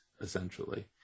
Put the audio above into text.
essentially